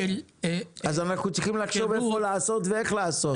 אז אנחנו צריכים לחשוב איפה לעשות ואיך לעשות.